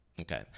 Okay